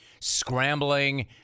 scrambling